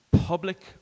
public